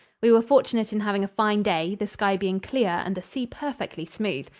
we were fortunate in having a fine day, the sky being clear and the sea perfectly smooth.